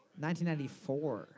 1994